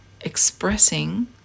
expressing